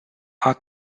are